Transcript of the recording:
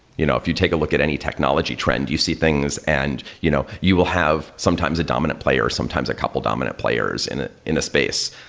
you know if you take a look at any technology trend, you see things and you know you will have sometimes a dominant player, sometimes a couple dominant players in the space.